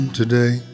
today